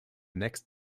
next